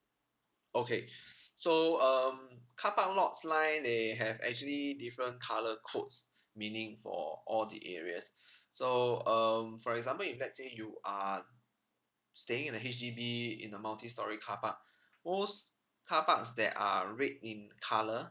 okay so um car park lots line they have actually different colour codes meaning for all the areas so um for example if let's say you are staying in a H_D_B in a multi storey car park most car parks that are red in colour